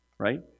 right